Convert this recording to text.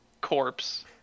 corpse